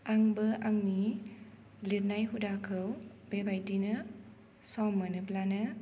आंबो आंनि लिरनाय हुदाखौ बेबायदिनो सम मोनोब्लानो